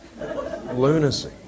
lunacy